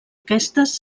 aquestes